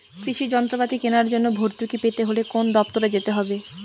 কৃষি যন্ত্রপাতি কেনার জন্য ভর্তুকি পেতে হলে কোন দপ্তরে যেতে হবে?